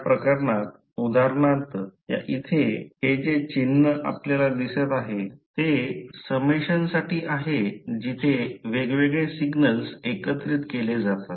या प्रकरणात उदाहरणार्थ या इथे हे जे चिन्ह आपल्याला दिसत आहे ते समेशन साठी आहे जिथे वेगवेगळे सिग्नल्स एकत्रित केले जातात